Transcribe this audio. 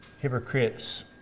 hypocrites